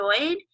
enjoyed